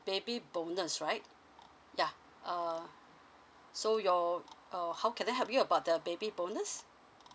baby bonus right yeah uh so your err how can I help you about the baby bonus